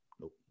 Nope